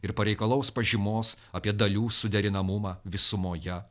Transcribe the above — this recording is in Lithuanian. ir pareikalaus pažymos apie dalių suderinamumą visumoje